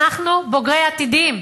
אנחנו בוגרי "עתידים",